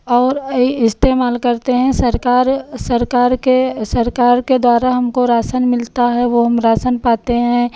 और ई इस्तेमाल करते हैं सरकार सरकार के सरकार के द्वारा हमको राशन मिलता है वो हम राशन पाते हैं